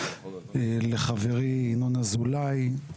לחברי ינון אזולאי,